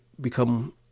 become